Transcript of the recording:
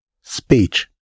speech